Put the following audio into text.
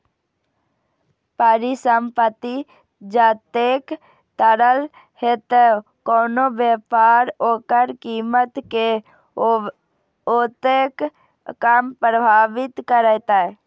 परिसंपत्ति जतेक तरल हेतै, कोनो व्यापार ओकर कीमत कें ओतेक कम प्रभावित करतै